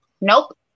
Nope